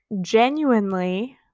genuinely